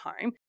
home